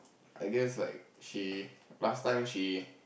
I guess like she last time she